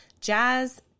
jazz